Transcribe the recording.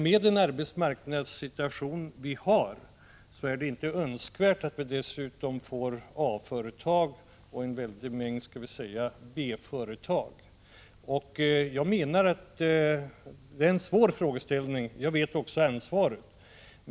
Med den arbetsmarknadssituation vi har är det inte önskvärt att vi dessutom får — låt oss kalla dem så — A-företag och en mängd B-företag. Det här är en svår frågeställning och innebär ett stort ansvar.